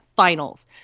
finals